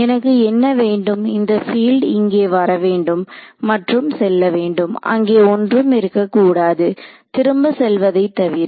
எனக்கு என்ன வேண்டும் இந்த பீல்ட் இங்கே வரவேண்டும் மற்றும் செல்ல வேண்டும் அங்கே ஒன்றும் இருக்கக் கூடாது திரும்ப செல்வதைத் தவிர